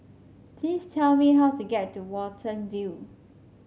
please tell me how to get to Watten View